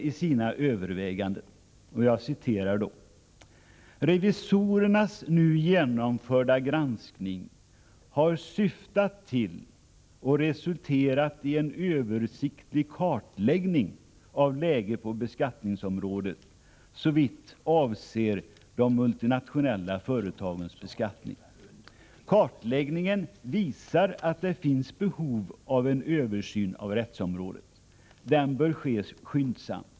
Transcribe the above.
I sina överväganden säger revisorerna följande: ”Revisorernas nu genomförda granskning har syftat till och resulterat i en översiktlig kartläggning av läget på beskattningsområdet såvitt avser de multinationella företagens beskattning. Kartläggningen visar att det finns behov av en översyn av rättsområdet. Denna bör ske skyndsamt.